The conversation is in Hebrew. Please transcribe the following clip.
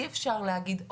אי אפשר להגיד,